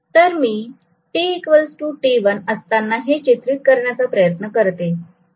तर मी t t1 असताना हे चित्रित करण्याचा प्रयत्न करतो